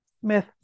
Smith